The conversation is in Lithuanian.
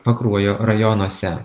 pakruojo rajonuose